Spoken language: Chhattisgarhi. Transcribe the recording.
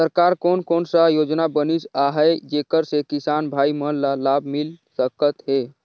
सरकार कोन कोन सा योजना बनिस आहाय जेकर से किसान भाई मन ला लाभ मिल सकथ हे?